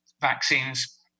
vaccines